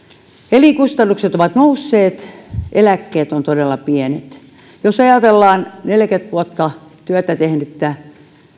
elinkustannukset ovat nousseet eläkkeet ovat todella pienet jos ajatellaan neljäkymmentä vuotta työtä tehnyttä